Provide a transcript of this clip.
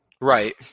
Right